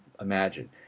imagine